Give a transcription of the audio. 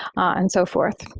and so forth.